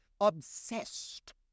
obsessed